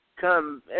come